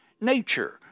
nature